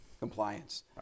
Compliance